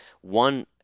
One